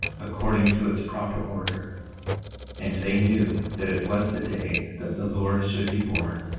according to its proper order and they knew that it was the day that the lord should be born,